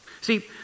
See